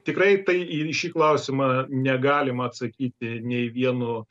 tikrai tai į į šį klausimą negalima atsakyti nei vienu